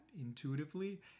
intuitively